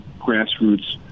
grassroots